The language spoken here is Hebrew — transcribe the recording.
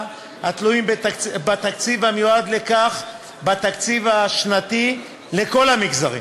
התלויים בתקציב המיועד לכך בתקציב השנתי לכל המגזרים.